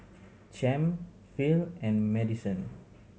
Champ Phil and Madisen